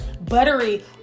Buttery